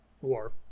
War